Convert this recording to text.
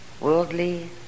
worldly